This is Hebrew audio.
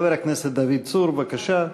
חבר הכנסת דוד צור, בבקשה.